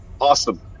Awesome